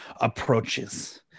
approaches